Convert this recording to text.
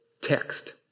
text